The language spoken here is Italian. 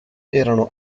erano